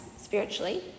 spiritually